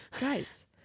Guys